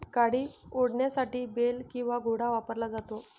गाडी ओढण्यासाठी बेल किंवा घोडा वापरला जातो